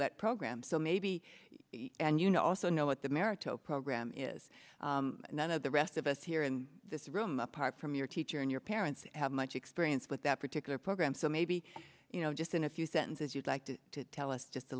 wet program so maybe you and you know also know what the maraton program is none of the rest of us here in this room apart from your teacher and your parents have much experience with that particular program so maybe you know just in a few sentences you'd like to tell us just a